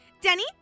Denny